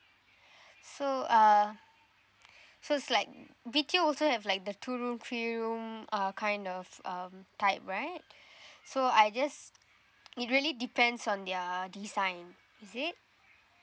so uh so it's like B_T_O also have like the two room three room uh kind of um type right so I just it really depends on their design is it